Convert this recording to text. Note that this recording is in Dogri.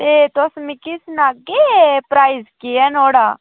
ते तुस मिकी सनागे प्राइस केह् ऐ नुहाड़ा